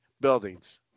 buildings